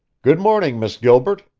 good morning, miss gilbert,